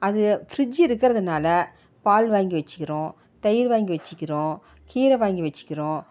அது ஃப்ரிட்ஜ் இருக்கிறதுனால பால் வாங்கி வச்சுக்கிறோம் தயிர் வாங்கி வச்சுக்கிறோம் கீரை வாங்கி வச்சுக்கிறோம்